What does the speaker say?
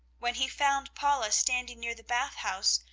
when he found paula standing near the bath house,